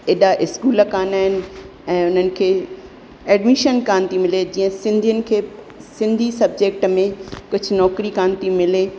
हेॾा स्कूल कान्हनि ऐं उन्हनि खे एडमिशन कान थी मिले जीअं सिंधियुनि खे सिंधी सबजैक्ट में कुझु नौकिरी कान थी मिले